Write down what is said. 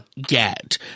get